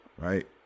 Right